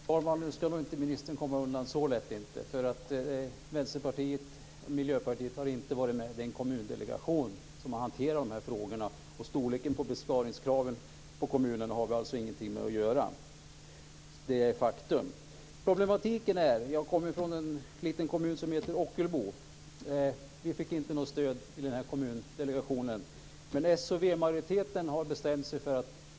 Fru talman! Nu ska inte ministern komma undan så lätt. Vänsterpartiet och Miljöpartiet har inte varit med i den kommundelegation som har hanterat dessa frågor. Storleken på besparingskraven på kommunerna har vi ingenting med att göra. Det är faktum. Jag kommer från en liten kommun som heter Ockelbo. Vi fick inte något stöd av Kommundelegationen. Men s och v-majoriteten har bestämt sig.